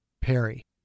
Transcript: Perry